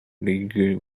league